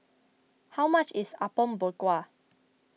how much is Apom Berkuah